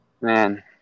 Man